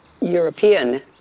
European